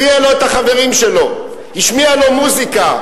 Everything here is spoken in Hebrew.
הביאה לו את החברים שלו, השמיעה לו מוזיקה.